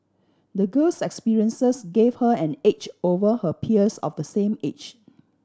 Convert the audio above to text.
the girl's experiences gave her an edge over her peers of the same age